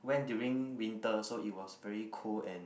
went during winter so it was very cold and